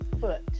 foot